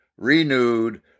renewed